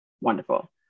wonderful